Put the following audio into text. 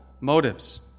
motives